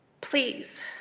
Please